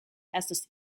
estas